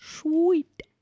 Sweet